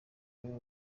baba